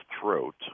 throat